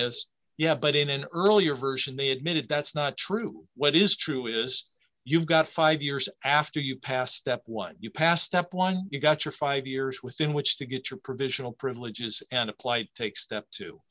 is yeah but in an earlier version they admitted that's not true what is true is you've got five years after you passed step one you passed up one you got your five years within which to get your provisional privileges and apply take step t